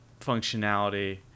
functionality